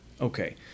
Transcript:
Okay